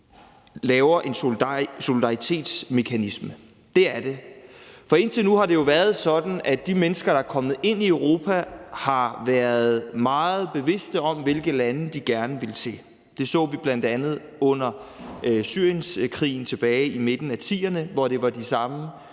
laver en solidaritetsmekanisme. For indtil nu har det jo været sådan, at de mennesker, der er kommet ind i Europa, har været meget bevidste om, hvilke lande de gerne ville til. Det så vi bl.a. under krigen i Syrien tilbage i midten af 2010'erne, hvor det var de samme